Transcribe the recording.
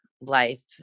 life